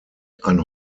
ein